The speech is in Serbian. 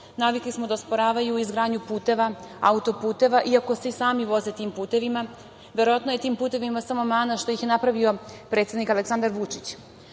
Navikli smo da osporavaju i izgradnju puteva i auto-puteva, iako se i sami voze tim putevima. Verovatno je tim putevima samo mana što ih je napravio predsednik Aleksandar Vučić.